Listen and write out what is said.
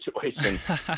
situation